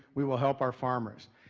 we will help our farmers.